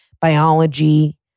biology